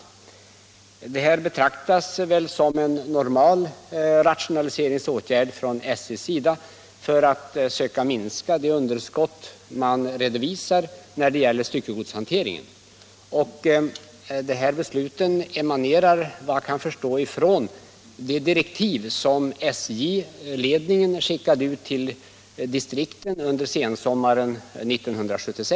SJ betraktar väl denna indragning som en normal rationaliseringsåtgärd i försöken att minska det underskott som SJ redovisar för styckegods hanteringen, och enligt vad jag förstått emanerar de beslut som SJ här fattat från de direktiv som SJ-ledningen skickade ut till distrikten under sensommaren 1976.